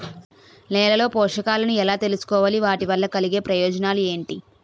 నేలలో పోషకాలను ఎలా తెలుసుకోవాలి? వాటి వల్ల కలిగే ప్రయోజనాలు ఏంటి?